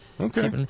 Okay